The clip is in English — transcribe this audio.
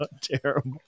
terrible